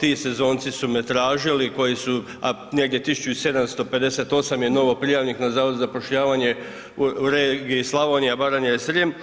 ti sezonci su me tražili koji su, a negdje 1758 je novoprijavljenih na Zavodu za zapošljavanje u regiji Slavonija, Baranja i Srijem.